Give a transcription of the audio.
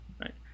Right